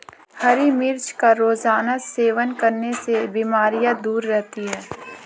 हरी मिर्च का रोज़ाना सेवन करने से बीमारियाँ दूर रहती है